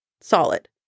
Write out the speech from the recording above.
solid